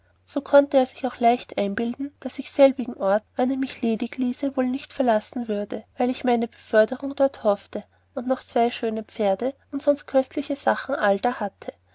so konnte er sich auch leicht einbilden daß ich selbigen ort wann er mich ledig ließe wohl nicht verlassen würde weil ich meine beförderung dort hoffte und noch zwei schöne pferde und sonst köstliche sachen allda hatte